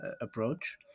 approach